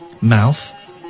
mouth